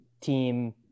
team